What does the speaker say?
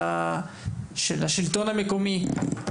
של השלטון המקומי,